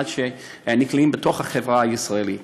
עד שהם נטמעים בתוך החברה הישראלית.